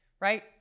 right